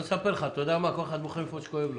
בוא ואספר לך כל אחד בוכה מהמקום שכואב לו.